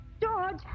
George